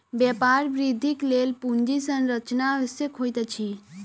व्यापार वृद्धिक लेल पूंजी संरचना आवश्यक होइत अछि